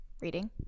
reading